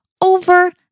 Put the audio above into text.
over